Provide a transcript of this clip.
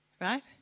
right